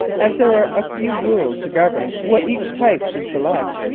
as there are a few rules to govern what each type should select,